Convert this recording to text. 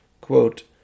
Quote